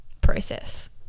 process